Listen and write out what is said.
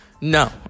No